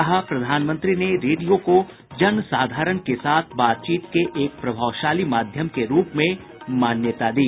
कहा प्रधानमंत्री ने रेडियो को जन साधारण के साथ बातचीत के एक प्रभावशाली माध्यम के रूप में मान्यता दी